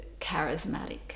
charismatic